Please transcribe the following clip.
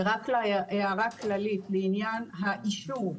ורק להערה הכללית לעניין האישור,